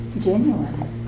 genuine